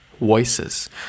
voices